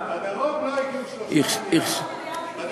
לדרום לא הגיעו 3 מיליארד.